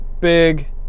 Big